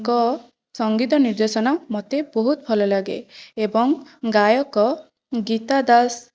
ଙ୍କ ସଙ୍ଗୀତ ନିର୍ଦ୍ଦେଶନା ମୋତେ ବହୁତ ଭଲଲାଗେ ଏବଂ ଗାୟକ ଗୀତା ଦାସ